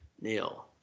neil